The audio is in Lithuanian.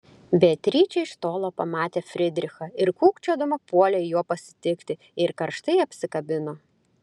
beatričė iš tolo pamatė frydrichą ir kūkčiodama puolė jo pasitikti ir karštai apsikabino